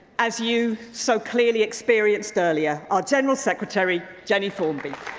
as you so clearly experienced earlier, our general secretary, jenny formby.